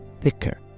thicker